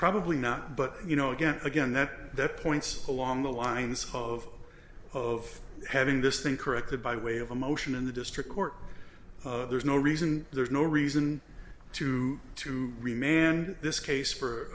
probably not but you know again again that that points along the lines of of having this thing corrected by way of a motion in the district court there's no reason there's no reason to to remain and this case for